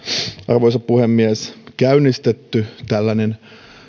arvoisa puhemies käynnistetty tällainen